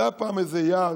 זה היה פעם איזה יעד.